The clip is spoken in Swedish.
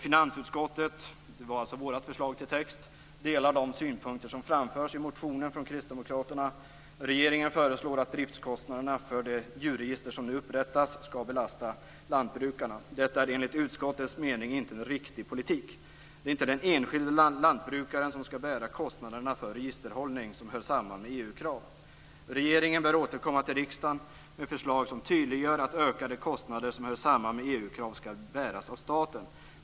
Detta är vårt förslag till text: Finansutskottet delar de synpunkter som framförs i motionen från Kristdemokraterna. Regeringen föreslår att driftkostnaderna för det djurregister som nu upprättas skall belasta lantbrukarna. Detta är enligt utskottets mening inte en riktig politik. Det är inte den enskilde lantbrukaren som skall bära kostnaderna för registerhållning som hör samman med EU-krav. Regeringen bör återkomma till riksdagen med förslag som tydliggör att ökade kostnader som hör samman med EU-krav skall bäras av staten.